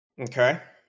Okay